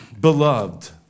Beloved